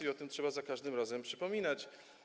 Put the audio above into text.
I o tym trzeba za każdym razem przypominać.